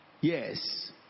Yes